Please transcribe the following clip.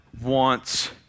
wants